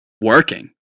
working